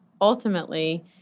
ultimately